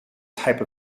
type